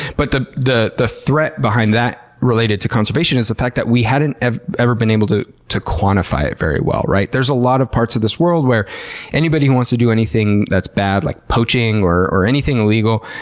but the the threat behind that related to conservation is the fact that we hadn't ever ever been able to to quantify it very well, right? there's a lot of parts of this world where anybody who wants to do anything that's bad, like poaching or or anything illegal,